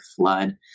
flood